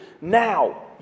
Now